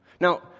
Now